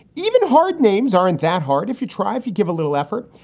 even hard names aren't that hard if you try if you give a little effort.